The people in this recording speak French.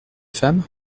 femme